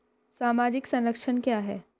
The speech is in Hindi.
सामाजिक संरक्षण क्या है?